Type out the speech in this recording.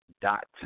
dot